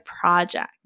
project